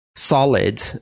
solid